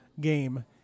game